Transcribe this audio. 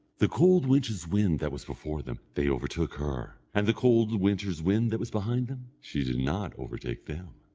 the cold winter's wind that was before them, they overtook her, and the cold winter's wind that was behind them, she did not overtake them.